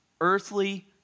Earthly